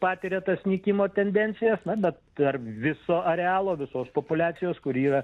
patiria tas nykimo tendencijas na bet tarp viso arealo visos populiacijos kuri yra